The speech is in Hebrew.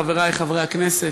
חברי חברי הכנסת,